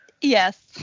Yes